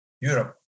Europe